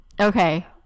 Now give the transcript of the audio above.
Okay